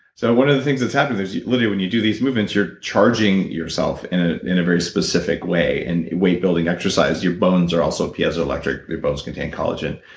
so one of the things that happens is, literally, when you do these movements, you're charging yourself in ah in a very specific way, and weight building exercise, your bones are also piezoelectric, your bones contain collagen.